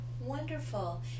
wonderful